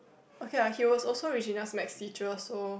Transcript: okay ah he was also Regina's maths teacher so